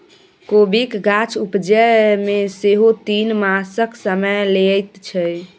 कोबीक गाछ उपजै मे सेहो तीन मासक समय लैत छै